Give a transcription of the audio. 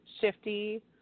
Shifty